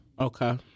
Okay